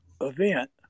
event